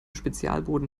spezialboden